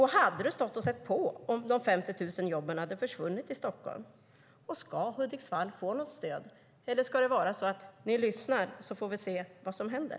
Hade du stått och sett på om 50 000 jobb hade försvunnit i Stockholm? Ska Hudiksvall få något stöd? Eller ska det vara så att ni lyssnar, och så får vi se vad som händer?